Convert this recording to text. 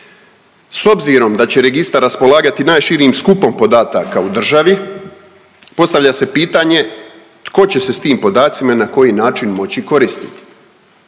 S obzirom da će registar raspolagati najširim skupom podataka u državi postavlja se pitanje tko će se s tim podacima i na koji način moći koristiti.